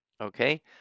okay